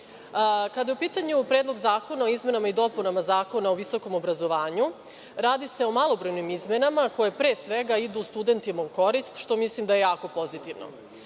je u pitanju Predlog zakona o izmenama i dopunama Zakona o visokom obrazovanju, radi se o malobrojnim izmenama, koje pre svega idu studentima u korist, što mislim da je jako pozitivno.